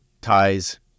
ties